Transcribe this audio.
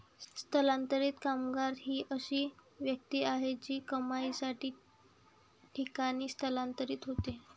स्थलांतरित कामगार ही अशी व्यक्ती आहे जी कमाईसाठी ठिकाणी स्थलांतरित होते